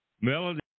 Melody